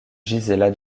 gisela